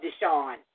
Deshaun